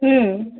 ಹ್ಞೂ